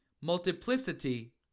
multiplicity